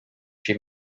she